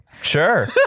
Sure